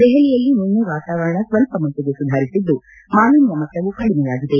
ದೆಹಲಿಯಲ್ಲಿ ನಿನ್ನೆ ವಾತಾವರಣ ಸ್ವಲ್ಪ ಮಟ್ಟಿಗೆ ಸುಧಾರಿಸಿದ್ದು ಮಾಲಿನ್ಯ ಮಟ್ಟವು ಕಡಿಮೆಯಾಗಿದೆ